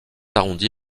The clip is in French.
arrondis